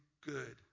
good